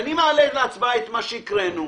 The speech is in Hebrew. אני מעלה להצבעה את מה שקראנו.